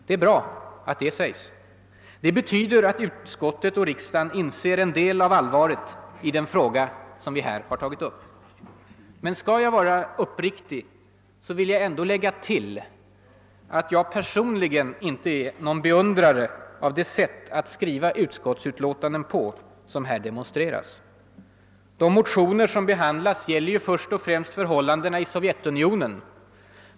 Det är bra att detta sägs. Det betyder att utskottet och riksdagen inser en del av allvaret i den fråga som vi har tagit upp. Skall jag vara uppriktig vill jag ändå lägga till att jag personligen inte är någon beundrare av det sätt att skriva utskottsutlåtanden på som här demonstreras. De motioner som behandlas gäller ju först och främst förhållandena i Sovjetunionen.